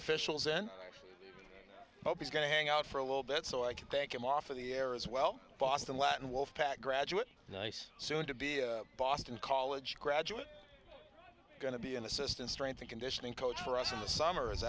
officials in but he's going to hang out for a little bit so i can take him off of the air as well boston latin wolfpack graduate nice soon to be a boston college graduate going to be an assistant strength and conditioning coach for us in the summer